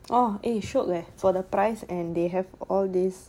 oh eh shiok leh for the price and they have all this